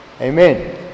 Amen